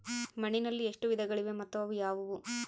ಮಣ್ಣಿನಲ್ಲಿ ಎಷ್ಟು ವಿಧಗಳಿವೆ ಮತ್ತು ಅವು ಯಾವುವು?